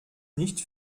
nicht